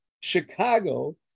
Chicago